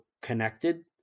connected